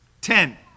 Ten